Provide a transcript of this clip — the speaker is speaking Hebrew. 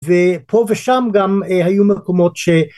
ופה ושם גם היו מקומות ש...